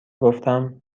گفتم